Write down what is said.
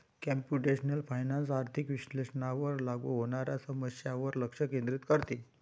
computational finance आर्थिक विश्लेषणावर लागू होणाऱ्या समस्यांवर लक्ष केंद्रित करते